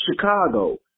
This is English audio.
Chicago